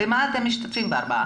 במה אתם משתתפים בארבעת האחוזים?